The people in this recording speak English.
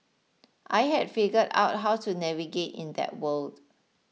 I had figured out how to navigate in that world